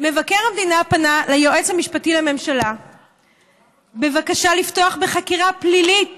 מבקר המדינה פנה ליועץ המשפטי לממשלה בבקשה לפתוח בחקירה פלילית